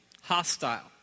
hostile